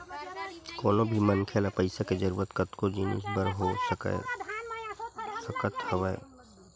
कोनो भी मनखे ल पइसा के जरुरत कतको जिनिस बर हो सकत हवय